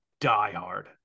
diehard